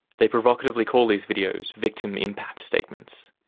they provocatively call these videos victim impact statements.